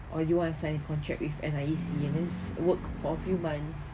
or you want to sign contract with N_I_E_C and just work for a few months